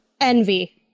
envy